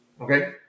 Okay